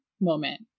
moment